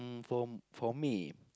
for for me